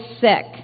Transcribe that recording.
sick